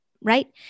right